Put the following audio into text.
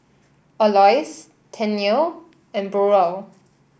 Aloys Tennille and Burrell